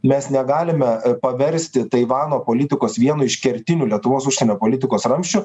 mes negalime paversti taivano politikos vienu iš kertinių lietuvos užsienio politikos ramsčių